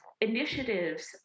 initiatives